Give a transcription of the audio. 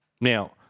Now